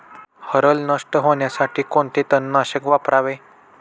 हरळ नष्ट होण्यासाठी कोणते तणनाशक वापरावे?